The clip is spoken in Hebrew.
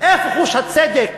איפה חוש הצדק?